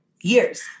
years